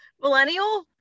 Millennial